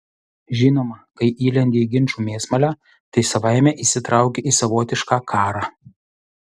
žinoma kai įlendi į ginčų mėsmalę tai savaime įsitrauki į savotišką karą